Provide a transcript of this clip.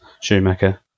Schumacher